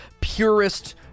purist